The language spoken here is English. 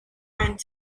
and